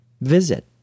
visit